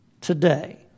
today